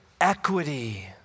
equity